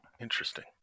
interesting